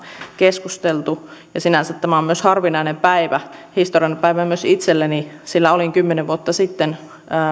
keskusteltu sinänsä tämä on myös harvinainen päivä historiallinen päivä myös itselleni sillä olin kymmenen vuotta sitten